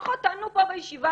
לפחות תענו פה בישיבה.